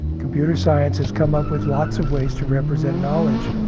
computer science has come up with lots of ways to represent knowledge.